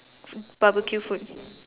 barbecue food